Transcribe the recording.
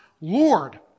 Lord